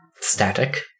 Static